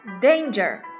danger